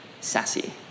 sassy